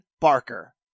Barker